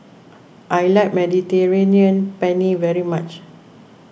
I like Mediterranean Penne very much